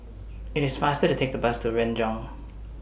IT IS faster to Take The Bus to Renjong